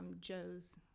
Joe's